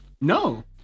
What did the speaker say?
no